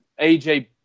AJ